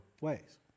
ways